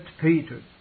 Peter